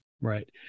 Right